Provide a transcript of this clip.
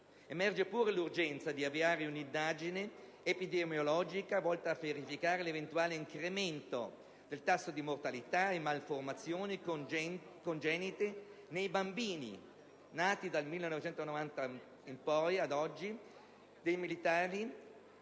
Emerge pure l'urgenza di avviare un'indagine epidemiologica volta a verificare l'eventuale incremento del tasso di mortalità e delle malformazioni congenite nei bambini nati dal 1990 ad oggi dai militari